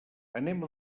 anem